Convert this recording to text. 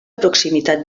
proximitat